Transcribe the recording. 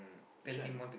which one